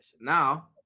Now